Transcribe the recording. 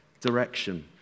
direction